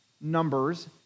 numbers